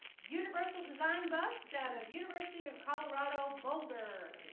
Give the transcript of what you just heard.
universal design buffs out of university of colorado boulder